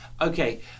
Okay